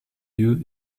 lieu